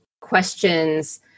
questions